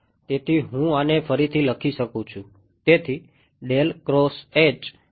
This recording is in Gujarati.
તેથી હું આને ફરીથી લખી શકું છું